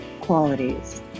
qualities